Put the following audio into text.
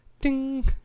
Ding